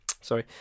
sorry